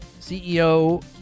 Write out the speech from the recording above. CEO